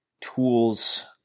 tools